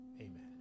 Amen